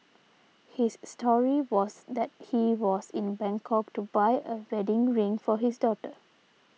his story was that he was in Bangkok to buy a wedding ring for his daughter